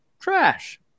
trash